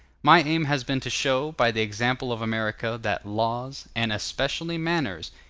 my aim has been to show, by the example of america, that laws, and especially manners,